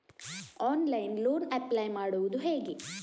Online loan apply ಮಾಡುವುದು ಹೇಗೆ?